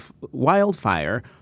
wildfire